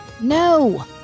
No